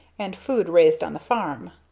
and food raised on the farm.